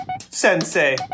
sensei